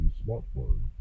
smartphone